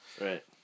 Right